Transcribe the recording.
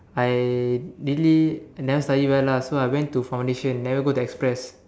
I really I never study well lah so I went to foundation never go to express